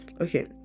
okay